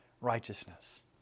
righteousness